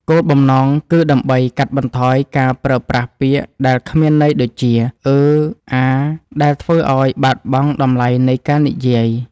គោលបំណងគឺដើម្បីកាត់បន្ថយការប្រើប្រាស់ពាក្យដែលគ្មានន័យ ដូចជា "អឺ..." "អា..." ដែលធ្វើឱ្យបាត់បង់តម្លៃនៃការនិយាយ។